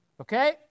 Okay